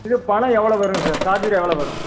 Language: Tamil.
இது பணம் எவ்வளோ வருங்க சார் சார்ஜர் எவ்வளோ வரும்